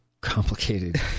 complicated